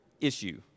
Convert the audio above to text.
issue